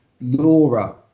Laura